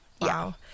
Wow